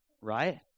Right